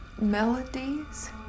melodies